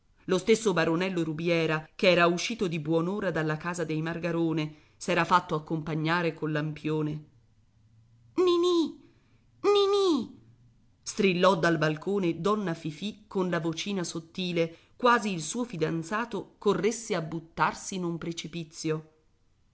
lo stesso baronello rubiera che era uscito di buon'ora dalla casa dei margarone s'era fatto accompagnare col lampione ninì ninì strillò dal balcone donna fifì con la vocina sottile quasi il suo fidanzato corresse a buttarsi in un precipizio